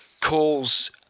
calls